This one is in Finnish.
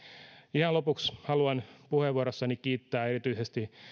ihan lopuksi haluan puheenvuorossani kiittää erityisesti